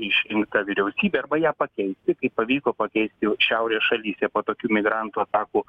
išrinktą vyriausybę arba ją pakeisti kaip pavyko pakeisti šiaurės šalyse po tokių migrantų atakų